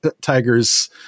Tiger's